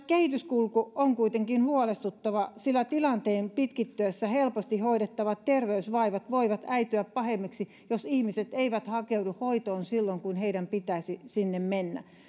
kehityskulku on kuitenkin huolestuttava sillä tilanteen pitkittyessä helposti hoidettavat terveysvaivat voivat äityä pahemmiksi jos ihmiset eivät hakeudu hoitoon silloin kun heidän pitäisi sinne mennä